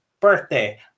birthday